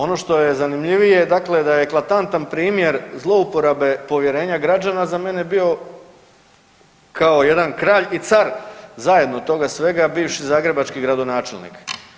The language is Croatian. Ono što je zanimljivije, je da je eklatantan primjer zlouporabe povjerenja građana za mene bio kao jedan kralj i car zajedno toga svega bivši zagrebački gradonačelnik.